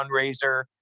fundraiser